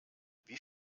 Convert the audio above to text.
wie